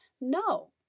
No